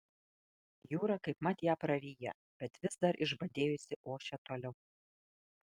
jūra kaipmat ją praryja bet vis dar išbadėjusi ošia toliau